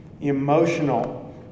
Emotional